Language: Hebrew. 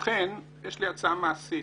לכן יש לי הצעה מעשית.